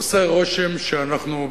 עושה רושם שאנחנו,